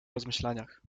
rozmyślaniach